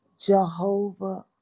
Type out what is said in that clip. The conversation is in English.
Jehovah